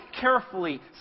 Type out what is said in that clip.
carefully